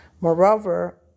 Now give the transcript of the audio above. Moreover